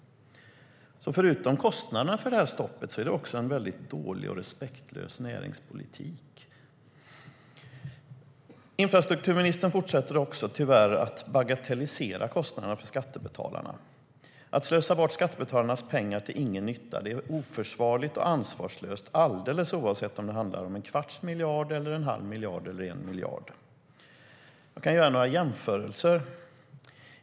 Utöver kostnaderna för stoppet är det alltså en dålig och respektlös näringspolitik. Låt mig göra några jämförelser.